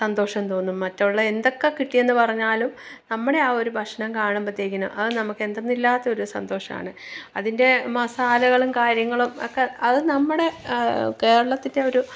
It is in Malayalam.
സന്തോഷം തോന്നും മറ്റൊള്ള എന്തൊക്കെ കിട്ടിയെന്നു പറഞ്ഞാലും നമ്മുടെ ആ ഒരു ഭക്ഷണം കാണുമ്പോഴത്തേക്കിന് അതു നമുക്ക് എന്തെന്നില്ലാത്തൊരു സന്തോഷമാണ് അതിന്റെ മസാലകളും കാര്യങ്ങളും ഒക്കെ അതു നമ്മുടെ കേരളത്തിന്റെ ഒരു